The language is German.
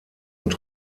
und